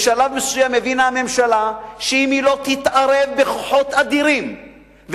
בשלב מסוים הבינה הממשלה שאם היא לא תתערב בכוחות אדירים,